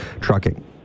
trucking